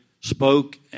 spoke